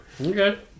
Okay